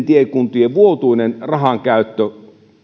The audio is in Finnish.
tiekunnan vuotuinen rahankäyttö